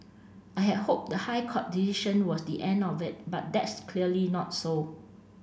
I had hoped the High Court decision was the end of it but that's clearly not so